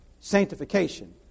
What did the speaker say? Sanctification